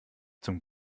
zum